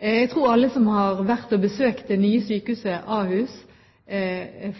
Jeg tror alle som har vært og besøkt det nye sykehuset Ahus,